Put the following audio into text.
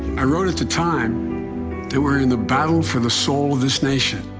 i wrote at the time that we're in the battle for the soul of this nation.